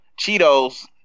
cheetos